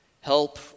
Help